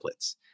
templates